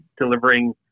delivering